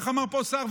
איך אמר פה שר,